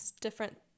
different